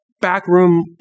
backroom